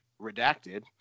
Redacted